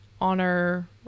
honor